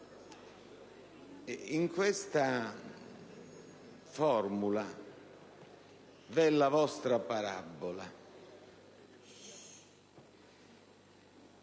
In questa formula della vostra parabola,